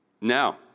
Now